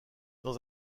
dans